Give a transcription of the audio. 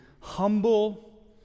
humble